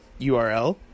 URL